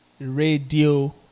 radio